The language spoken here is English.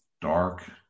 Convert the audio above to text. Dark